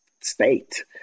state